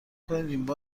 کنید